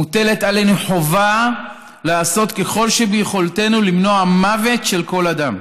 מוטלת עלינו חובה לעשות ככל שביכולתנו למנוע מוות של כל אדם.